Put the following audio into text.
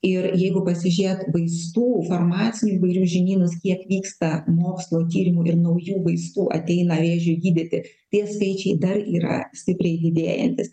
ir jeigu pasižiūrėt vaistų farnacinių įvairių žinynus kiek vyksta mokslo tyrimų ir naujų vaistų ateina vėžiui gydyti tie skaičiai dar yra stipriai didėjantys